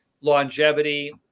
longevity